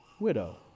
widow